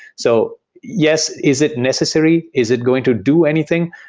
so yes, is it necessary? is it going to do anything?